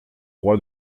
roi